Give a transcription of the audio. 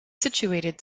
situated